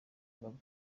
mbaga